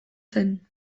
zen